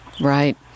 Right